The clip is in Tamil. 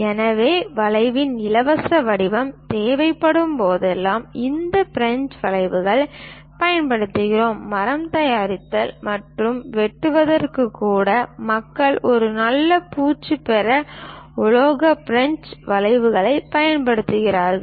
எனவே வளைவின் இலவச வடிவம் தேவைப்படும்போதெல்லாம் இந்த பிரஞ்சு வளைவுகளைப் பயன்படுத்துகிறோம் மரம் தயாரித்தல் மற்றும் வெட்டுவதற்கு கூட மக்கள் ஒரு நல்ல பூச்சு பெற உலோக பிரஞ்சு வளைவுகளைப் பயன்படுத்துகிறார்கள்